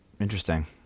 Interesting